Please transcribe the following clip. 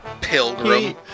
Pilgrim